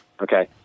Okay